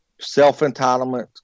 self-entitlement